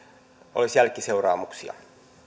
olisi jälkiseuraamuksia